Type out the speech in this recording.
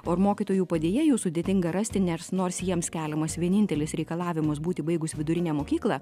o ir mokytojų padėjėjų sudėtinga rasti ners nors jiems keliamas vienintelis reikalavimas būti baigus vidurinę mokyklą